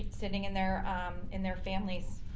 sitting in their in their families.